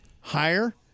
Higher